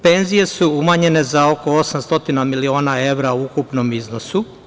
Penzije su umanjene za oko 800 miliona evra u ukupnom iznosu.